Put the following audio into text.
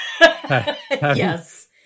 yes